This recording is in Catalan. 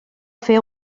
fer